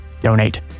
donate